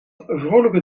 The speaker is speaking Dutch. vrolijke